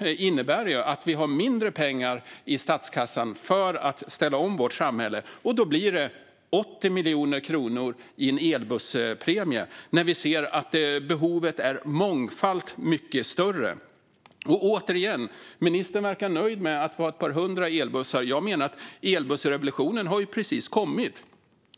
innebär att vi har mindre pengar i statskassan för att ställa om vårt samhälle, och då blir det 80 miljoner kronor i en elbusspremie när vi ser att behovet är mångfalt större. Återigen: Ministern verkar nöjd med att vi har ett par hundra elbussar. Jag menar att elbussrevolutionen precis har kommit.